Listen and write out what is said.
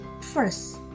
first